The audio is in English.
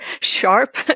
sharp